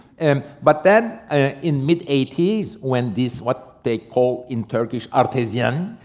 and but then in mid eighty s when this what they call in turkish artesian,